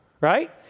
Right